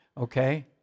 Okay